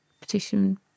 petition